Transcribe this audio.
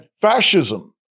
fascism